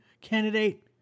candidate